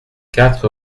quatre